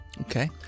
Okay